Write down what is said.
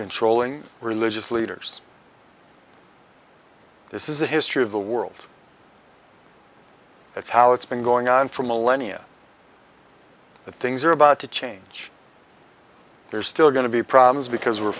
controlling religious leaders this is the history of the world that's how it's been going on for millennia but things are about to change there's still going to be problems because we're